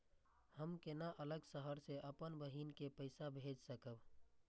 हम केना अलग शहर से अपन बहिन के पैसा भेज सकब?